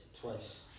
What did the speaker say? twice